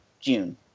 June